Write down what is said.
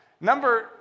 Number